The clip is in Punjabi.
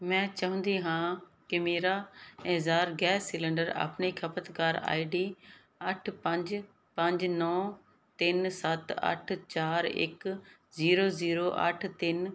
ਮੈਂ ਚਾਹੁੰਦੀ ਹਾਂ ਕਿ ਮੇਰਾ ਐੱਸਾਰ ਗੈਸ ਸਿਲੰਡਰ ਆਪਣੀ ਖਪਤਕਾਰ ਆਈਡੀ ਅੱਠ ਪੰਜ ਪੰਜ ਨੌਂ ਤਿੰਨ ਸੱਤ ਅੱਠ ਚਾਰ ਇੱਕ ਜ਼ੀਰੋ ਜ਼ੀਰੋ ਅੱਠ ਤਿੰਨ